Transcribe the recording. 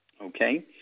Okay